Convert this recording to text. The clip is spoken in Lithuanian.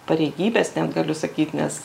pareigybės ten galiu sakyt nes